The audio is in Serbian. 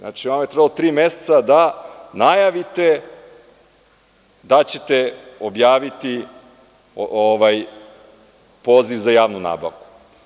Znači, vama je trebalo tri meseca da najavite da ćete objaviti poziv za javnu nabavku.